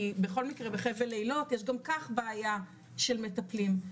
כי בכל מקרה בחבל אילות יש גם כך בעיה של מטפלים.